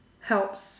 helps